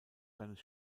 seines